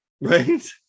right